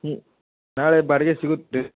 ಹ್ಞೂ ನಾಳೆ ಬಾಡಿಗೆ ಸಿಗುತ್ತೆ